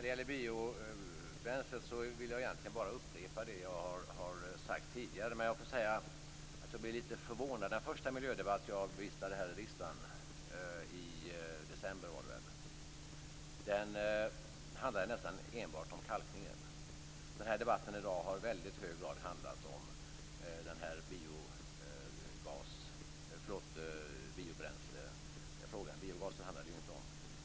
Fru talman! När det gäller biobränslet vill jag egentligen bara upprepa det som jag har sagt tidigare. Låt mig bara säga att jag är lite förvånad över att den första miljödebatt som jag deltog i här i riksdagen, i december förra året, nästan enbart handlade om kalkningen och att debatten i dag i väldigt hög grad har handlat om